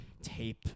tape